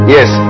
Yes